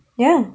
ya